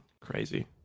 crazy